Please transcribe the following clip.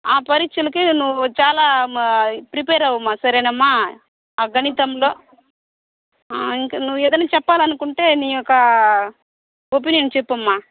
ఆ పరీక్షలకి నువ్వు చాలా ప్రిపేర్ అవ్వు అమ్మా సరేనామ్మా ఆ గణితంలో నువ్వు ఏదైనా చెప్పాలనుకుంటే నీ యొక్క ఒపీనియన్ చెప్పమ్మా